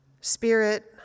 Spirit